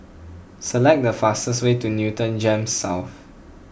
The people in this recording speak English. select the fastest way to Newton Gems South